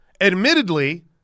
Admittedly